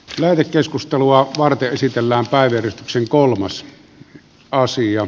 lähetekeskustelua varten esitellään päivystyksen kolmas paasio